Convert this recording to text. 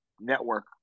network